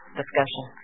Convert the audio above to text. discussion